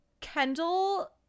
Kendall